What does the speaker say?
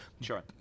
Sure